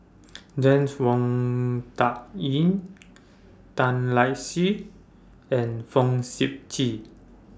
James Wong Tuck Yim Tan Lark Sye and Fong Sip Chee